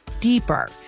deeper